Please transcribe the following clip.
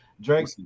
Drake